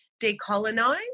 decolonise